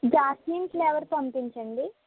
jasmine flavour పంపించండి